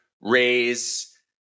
raise